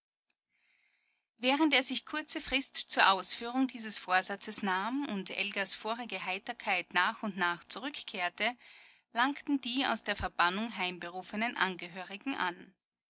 während er sich kurze frist zur ausführung dieses vorsatzes nahm und elgas vorige heiterkeit nach und nach zurückkehrte langten die aus der verbannung heimberufenen angehörigen an